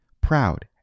proud